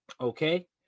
Okay